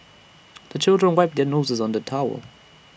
the children wipe their noses on the towel